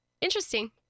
interesting